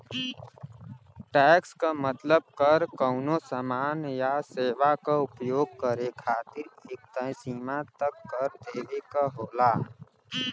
tax क मतलब कर कउनो सामान या सेवा क उपभोग करे खातिर एक तय सीमा तक कर देवे क होला